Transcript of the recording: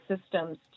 systems